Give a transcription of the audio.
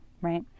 Right